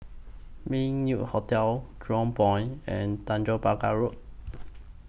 Meng Yew Hotel Jurong Point and Tanjong Pagar Road